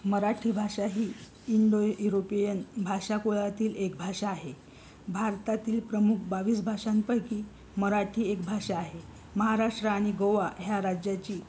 मराठी भाषा ही Indo European भाषा कुळातील एक भाषा आहे भारतातील प्रमुख बावीस भाषांपैकी मराठी एक भाषा आहे महाराष्ट्र आणि गोवा या राज्याची